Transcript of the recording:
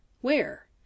Where